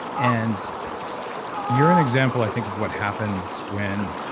and you're an example, i think, of what happens when